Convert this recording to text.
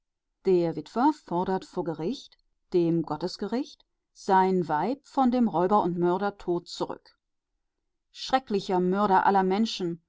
der witwer fordert vor gericht dem gottesgericht sein weib von dem räuber und mörder tod zurück schrecklicher mörder aller menschen